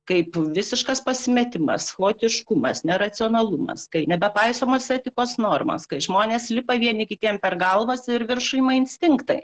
kaip visiškas pasimetimas chaotiškumas neracionalumas kai nebepaisomos etikos normos kai žmonės lipa vieni kitiem per galvas ir viršų ima instinktai